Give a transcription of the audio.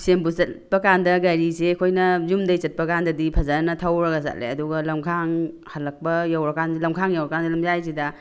ꯕꯤꯁꯦꯝꯄꯨꯔ ꯆꯠꯄ ꯀꯥꯟꯗ ꯒꯥꯔꯤꯁꯦ ꯑꯩꯈꯣꯏꯅ ꯌꯨꯝꯗꯒꯤ ꯆꯠꯄꯀꯥꯟꯗꯗꯤ ꯐꯖꯅ ꯊꯧꯔꯒ ꯆꯠꯂꯦ ꯑꯗꯨꯒ ꯂꯝꯈꯥꯡ ꯍꯜꯂꯛꯄ ꯌꯧꯔꯀꯥꯟꯁꯤꯗ ꯂꯝꯈꯥꯡ ꯌꯧꯔꯀꯥꯟꯗ ꯂꯝꯌꯥꯏꯁꯤꯗ